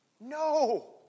No